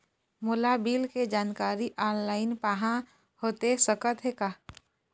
मोला बिल के जानकारी ऑनलाइन पाहां होथे सकत हे का?